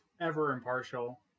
ever-impartial